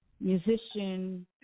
musician